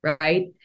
right